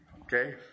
Okay